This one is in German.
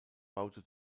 baute